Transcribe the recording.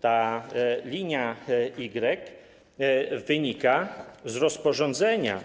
Ta linia Y wynika z rozporządzenia